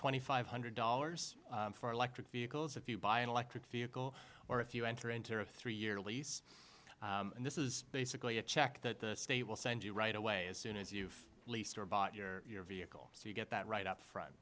twenty five hundred dollars for electric vehicles if you buy an electric vehicle or if you enter into a three year lease and this is basically a check that the state will send you right away as soon as you've least or bought your vehicle so you get that right up front